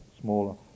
smaller